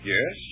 Yes